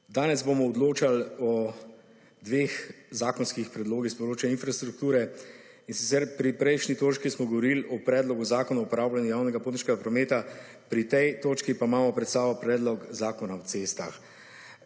Danes bomo odločali o dveh zakonskih predlogih s področja infrastrukture in sicer pri prejšnji točki smo govorili o Predlogu zakona o uporabljanju javnega potniškega prometa, pri tej točki pa imamo pred sabo Predlog zakona o cestah.